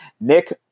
Nick